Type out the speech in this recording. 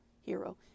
hero